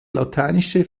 lateinische